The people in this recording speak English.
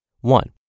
One